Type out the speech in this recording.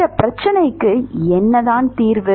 இந்த பிரச்சனைக்கு என்ன தீர்வு